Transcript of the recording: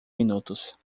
minutos